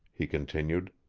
he continued.